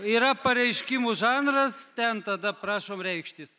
yra pareiškimų žanras ten tada prašom reikštis